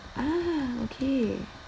ah okay